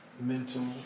Mental